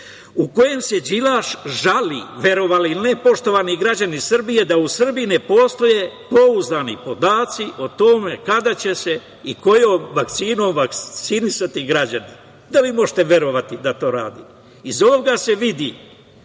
u kojem se Đilaš žali, verovali ili ne, poštovani građani Srbije, da u Srbiji ne postoje pouzdani podaci o tome kada će se i kojom vakcinom vakcinisati građani. Da li možete verovati da to radi? Iz ovoga se vidi